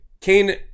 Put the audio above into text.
Cain